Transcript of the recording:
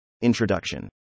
Introduction